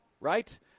right